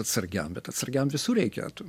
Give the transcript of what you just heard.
atsargiam bet atsargiam visur reikia tu